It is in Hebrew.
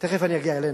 תיכף אני אגיע אלינו,